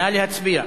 נא להצביע.